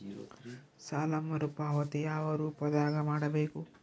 ಸಾಲ ಮರುಪಾವತಿ ಯಾವ ರೂಪದಾಗ ಮಾಡಬೇಕು?